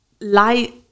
light